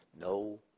no